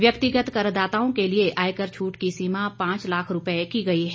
व्यक्तिगत करदाताओं के लिए आयकर छूट की सीमा पांच लाख रूपये की गई है